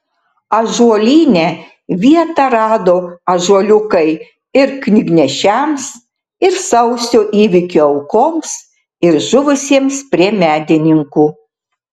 ąžuolyne vietą rado ąžuoliukai ir knygnešiams ir sausio įvykių aukoms ir žuvusiems prie medininkų